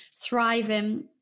thriving